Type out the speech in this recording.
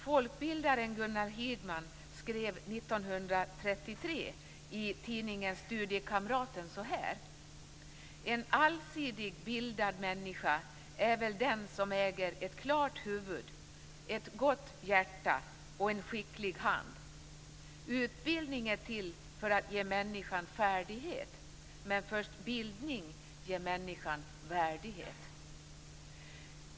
Folkbildaren Gunnar Hirdman skrev 1933 i tidningen Studiekamraten: "En allsidig bildad människa är väl den som äger ett klart huvud, ett gott hjärta och en skicklig hand. Utbildning är till för att ge människan färdighet, men först bildning ger människan värdighet."